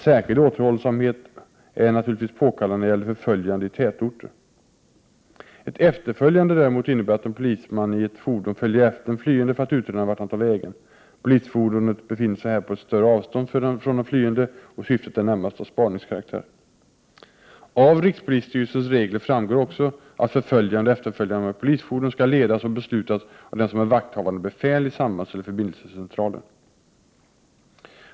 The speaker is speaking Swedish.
Särskild återhållsamhet är naturligtvis påkallad när det gäller förföljande i tätorter. Ett efterföljande däremot innebär att en polisman i ett fordon följer efter en flyende för att utröna vart han tar vägen. Polisfordonet befinner sig här på ett större avstånd från den flyende och syftet är närmast av spaningskaraktär. Av rikspolisstyrelsens regler framgår också att förföljande och efterföljande med polisfordon skall ledas och beslutas av den som är vakthavande befäl i sambandsoch förbindelsecentralen.